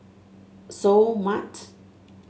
Seoul Mart